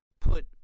put